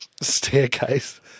staircase